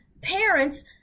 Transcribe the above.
parents